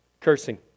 Cursing